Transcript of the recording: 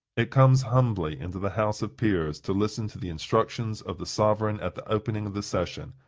it comes humbly into the house of peers to listen to the instructions of the sovereign at the opening of the session,